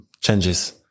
changes